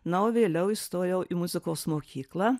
na o vėliau įstojau į muzikos mokyklą